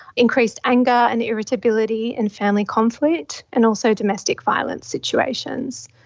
increased anger and irritability and family conflict and also domestic violence situations.